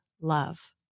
love